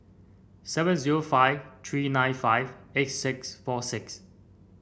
seven zero five three nine five eight six four six